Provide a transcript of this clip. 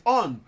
on